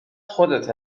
خودته